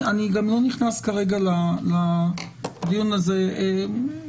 אני גם לא נכנס כרגע לדיון הזה כאן.